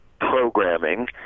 programming